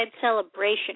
Celebration